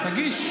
תגיש.